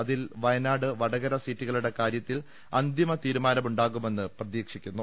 അതിൽ വയനാട് വടകര സീറ്റുകളുടെ കാര്യത്തിൽ അന്തിമ തീരുമാനമുണ്ടാകുമെന്ന് പ്രതീക്ഷിക്കുന്നു